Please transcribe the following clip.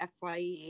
FYE